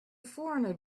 foreigner